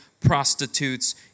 prostitutes